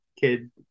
kid